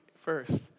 first